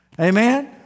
Amen